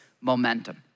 momentum